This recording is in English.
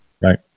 Right